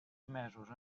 emesos